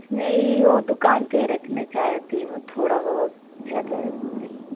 नहीं वह दुकान पर रखना चाहती हूँ थोड़ा बहुत ज़्यादा नहीं